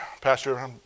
Pastor